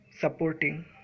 supporting